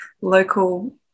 local